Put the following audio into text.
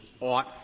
ought